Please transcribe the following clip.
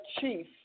chief